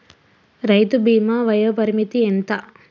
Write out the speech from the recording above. రైతు బీమా వయోపరిమితి ఎంత?